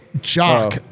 Jock